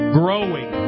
growing